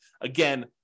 Again